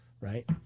right